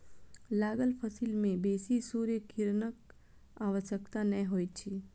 लागल फसिल में बेसी सूर्य किरणक आवश्यकता नै होइत अछि